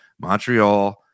Montreal